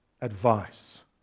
advice